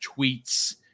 tweets